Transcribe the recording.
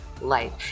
life